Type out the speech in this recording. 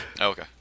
Okay